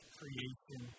creation